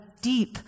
deep